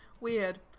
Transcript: weird